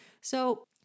So-